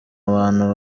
abantu